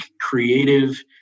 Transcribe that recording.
creative